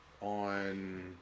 on